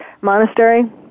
monastery